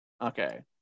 okay